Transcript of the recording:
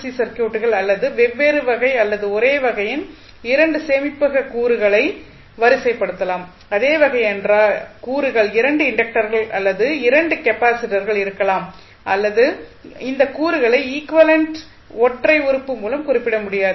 C சர்க்யூட்டுகள் அல்லது வெவ்வேறு வகை அல்லது ஒரே வகையின் 2 சேமிப்பக கூறுகளை வரிசைப்படுத்தலாம் அதே வகை என்றால் கூறுகள் 2 இண்டக்டர்கள் அல்லது 2 கெப்பாசிட்டர்கள் இருக்கலாம் ஆனால் இந்த கூறுகளை ஈக்விவலெண்ட் ஒற்றை உறுப்பு மூலம் குறிப்பிட முடியாது